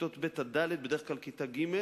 כיתות ב' ד', בדרך כלל כיתה ג',